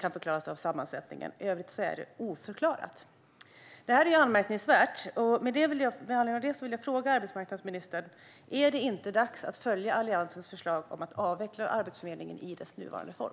kan förklaras av sammansättningen. I övrigt är den oförklarad. Det här är anmärkningsvärt. Är det inte dags, arbetsmarknadsministern, att följa Alliansens förslag om att avveckla Arbetsförmedlingen i dess nuvarande form?